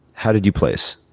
how did you place?